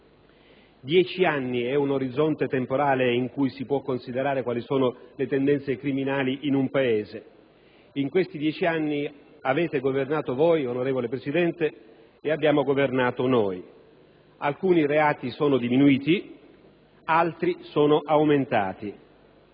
Dieci anni è un orizzonte temporale in cui si può considerare quali siano le tendenze criminali in un Paese e nei passati dieci anni avete governato voi, onorevole Presidente, e abbiamo governato noi: alcuni reati sono diminuiti, altri sono aumentati.